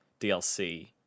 DLC